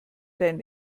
deinen